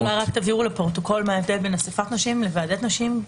תבהירו לפרוטוקול מה ההבדל בין אסיפת נושים לוועדת נושים.